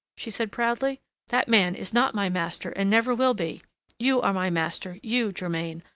she said proudly that man is not my master and never will be you are my master, you, germain.